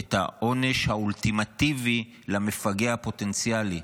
את העונש האולטימטיבי למפגע הפוטנציאלי.